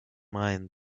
mind